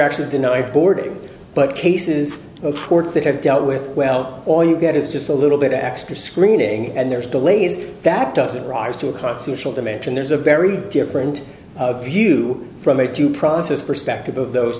actually denied boarding but cases of ports that have dealt with well all you get is just a little bit of extra screening and there's delays that doesn't rise to a constitutional dimension there's a very different view from a due process perspective of those